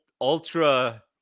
ultra